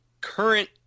current